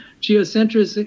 Geocentric